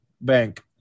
bank